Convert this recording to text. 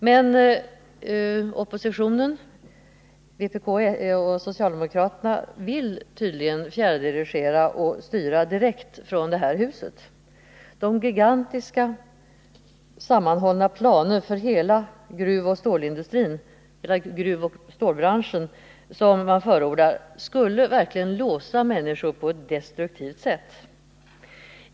Men oppositionen — vpk och socialdemokraterna — vill tydligen fjärrdirigera och styra direkt från det här huset. De gigantiska och sammanhållna planer för hela gruvoch stålbranschen som man förordar skulle verkligen låsa människors handlande på ett destruktivt sätt.